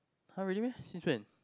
[huh] really meh since when